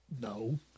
No